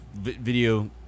video